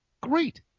Great